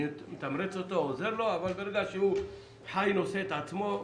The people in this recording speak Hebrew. אני אתמרץ אותו ועוזר לו אבל ברגע שהוא חי ונושא את עצמו,